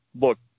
look